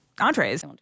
entrees